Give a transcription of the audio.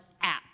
app